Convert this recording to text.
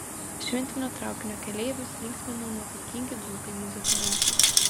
šventinio traukinio keleivius linksmina nuotaikingi dzūkai muzikantai